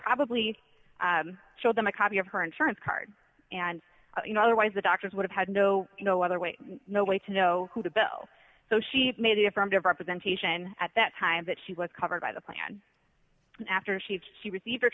probably showed them a copy of her insurance card and you know otherwise the doctors would have had no no other way no way to know who the bill so she made the affirmative representation at that time that she was covered by the plan after she she receive